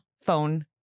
phone